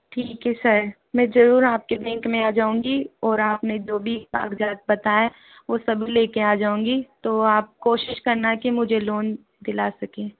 ठीक है सर मैं जरूर आपकी बैंक में आ जाऊँगी और आपने जो भी कागजात बताए वो सब लेके आ जाऊँगी तो आप कोशिश करना की मुझे लोन दिला सके